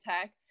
Tech